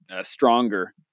Stronger